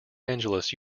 angeles